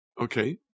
Okay